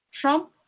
Trump